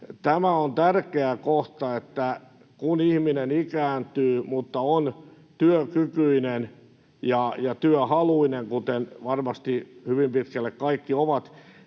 tämä on tärkeä kohta, että kun ihminen ikääntyy mutta on työkykyinen ja työhaluinen, kuten varmasti hyvin pitkälle kaikki ovat,